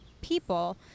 people